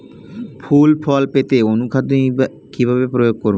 ফুল ফল পেতে অনুখাদ্য কিভাবে প্রয়োগ করব?